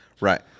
Right